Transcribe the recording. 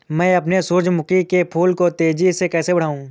मैं अपने सूरजमुखी के फूल को तेजी से कैसे बढाऊं?